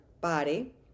body